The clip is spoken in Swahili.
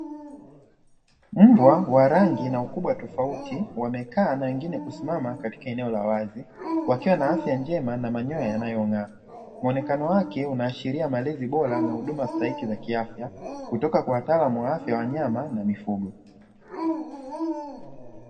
Mbwa wa rangi na ukubwa tofauti wamekaa na wengine kusimama katika eneo la wazi, wakiwa na afya njema na manyoya yanayong'aa; muonekano wake unaashiria malezi bora na huduma stahiki za kiafya kutoka kwa wataalamu wa afya ya wanyama na mifugo.